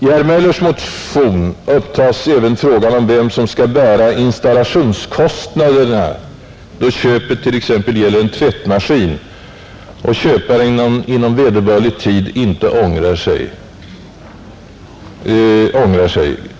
I herr Möllers i Göteborg motion upptas även frågan om vem som skall bära installationskostnaderna, då köpet t.ex. gäller en tvättmaskin och köparen inom vederbörlig tid ångrar sig.